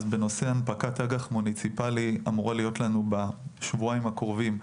אז בנושא הנפקת אג"ח מוניציפאלי אמור להיות לנו בשבועיים הקרובים,